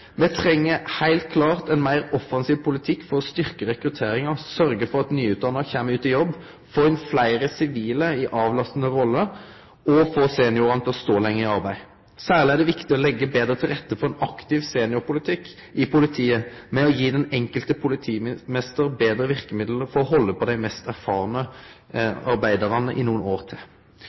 Me treng heilt klart ein meir offensiv politikk for å styrkje rekrutteringa, sørgje for at nyutdanna kjem ut i jobb, få inn fleire sivile i avlastande roller og få seniorane til å stå lenger i arbeid. Særleg er det viktig å leggje betre til rette for ein aktiv seniorpolitikk i politiet ved å gi den enkelte politimeisteren betre verkemiddel for å halde på dei mest erfarne arbeidarane i nokre år til.